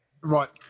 Right